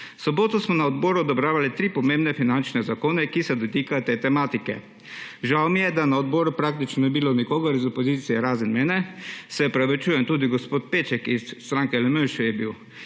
V soboto smo na odboru obravnavali tri pomembne finančne zakone, ki se dotikajo te tematike. Žal mi je, da na odboru praktični ni bilo nikogar iz opozicije razen mene – se opravičujem, tudi gospod Peček iz stranke LMŠ je bil